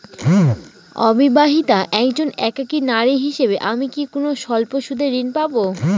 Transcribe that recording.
অবিবাহিতা একজন একাকী নারী হিসেবে আমি কি কোনো স্বল্প সুদের ঋণ পাব?